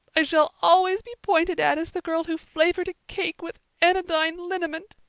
i shall always be pointed at as the girl who flavored a cake with anodyne liniment.